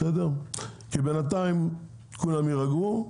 בינתיים כולם יירגעו,